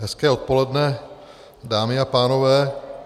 Hezké odpoledne, dámy a pánové.